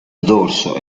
dorso